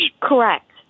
Correct